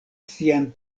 sian